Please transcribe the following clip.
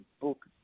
book